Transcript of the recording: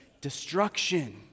Destruction